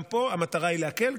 גם פה המטרה היא להקל,